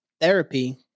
therapy